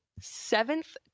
seventh